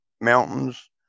mountains